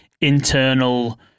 internal